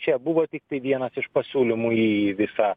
čia buvo tiktai vienas iš pasiūlymų į visą